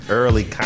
early